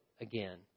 again